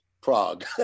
Prague